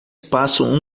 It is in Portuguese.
passam